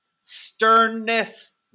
sternness